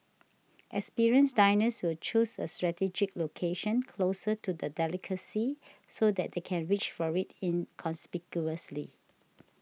experienced diners will choose a strategic location closer to the delicacy so that they can reach for it inconspicuously